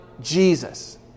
Jesus